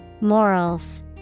Morals